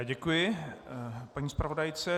Děkuji paní zpravodajce.